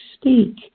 speak